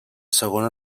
segona